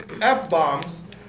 F-bombs